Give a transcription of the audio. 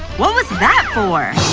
was that for?